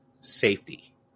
safety